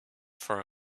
for